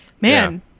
Man